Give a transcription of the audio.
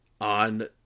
on